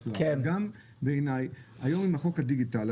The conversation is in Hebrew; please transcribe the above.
בעיניי היום חוק הדיגיטל,